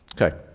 Okay